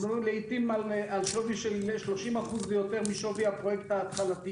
אנחנו מדברים לעיתים על שווי של 30% יותר משווי הפרויקט ההתחלתי.